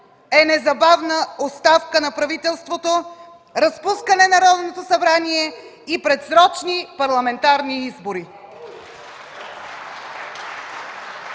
е незабавна оставка на правителството, разпускане на Народното събрание и предсрочни парламентарни избори.